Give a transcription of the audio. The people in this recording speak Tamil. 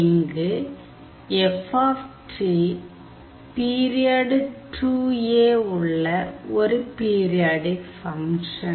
இங்கு F பீரியாடு 2a உள்ள ஒரு பீரியாடிக் ஃபங்க்ஷன்